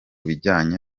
bijyanye